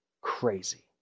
crazy